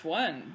one